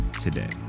today